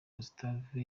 gustave